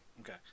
Okay